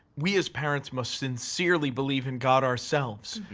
we as parents must sincerely believe in god ourselves,